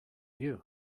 you